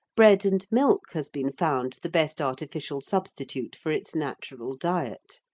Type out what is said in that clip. bread and milk has been found the best artificial substitute for its natural diet.